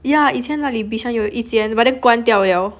ya 以前那里 Bishan 有一间 but then 关掉 liao